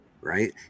right